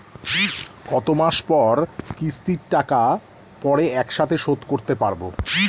কত মাস পর কিস্তির টাকা পড়ে একসাথে শোধ করতে পারবো?